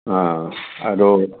অঁ আৰু